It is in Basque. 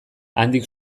handik